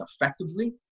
effectively